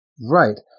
right